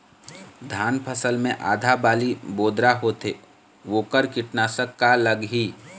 धान फसल मे आधा बाली बोदरा होथे वोकर कीटनाशक का लागिही?